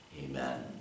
Amen